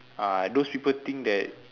uh those people think that